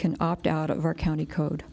can opt out of our county code